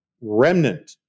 remnant